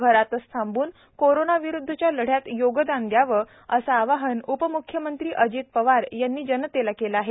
घरातंच थांबून कोरोनाविरुदधच्या लढ्यात योगदान द्यावं असे आवाहन उपमुख्यमंत्री अजित पवार यांनी जनतेला केले आहे